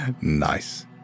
Nice